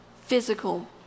physical